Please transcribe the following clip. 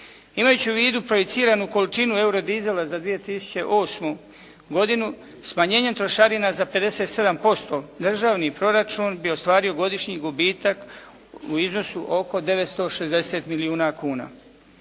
Imajući u vidu proiciranu količinu eurodizela za 2008. godinu, smanjenjem trošarina za 57% državni proračun bi ostvario godišnji gubitak u iznosu oko 960 milijuna kuna.